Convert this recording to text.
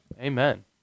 Amen